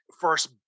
first